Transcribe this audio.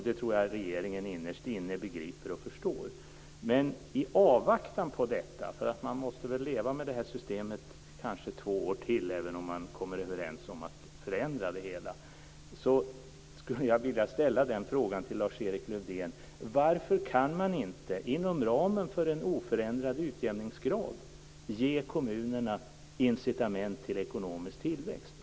Det tror jag att regeringen innerst inne begriper och förstår. I avvaktan på detta - man måste leva med systemet i kanske två år till även om man kommer överens om att förändra det - skulle jag vilja ställa några frågor till Lars-Erik Lövdén. Varför kan man inte, inom ramen för en oförändrad utjämningsgrad, ge kommunerna incitament till ekonomisk tillväxt?